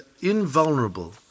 invulnerable